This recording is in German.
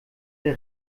der